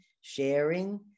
sharing